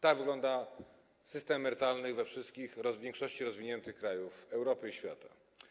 Tak wygląda system emerytalny we wszystkich... w większości rozwiniętych krajów Europy i świata.